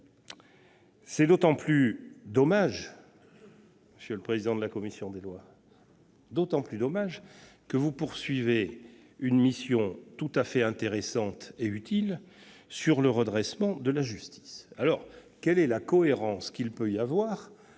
C'est d'autant plus dommage, monsieur le président de la commission des lois, que vous poursuivez une mission tout à fait intéressante et utile sur le redressement de la justice. Quelle cohérence peut-il y avoir